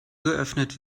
geöffnet